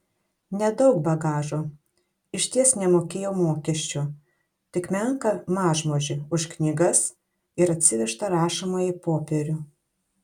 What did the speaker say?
nedaug bagažo išties nemokėjo mokesčių tik menką mažmožį už knygas ir atsivežtą rašomąjį popierių